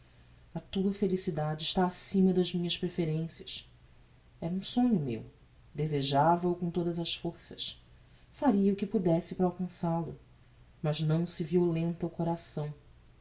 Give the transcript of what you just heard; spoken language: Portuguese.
a tua felicidade está acima das minhas preferencias era um sonho meu desejava o com todas as forças faria o que pudesse para alcançal o mas não se violenta o coração